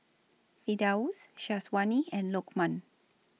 Firdaus Syazwani and Lokman